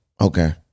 Okay